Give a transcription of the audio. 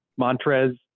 Montrez